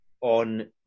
on